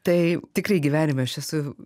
tai tikrai gyvenime aš esu